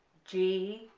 g,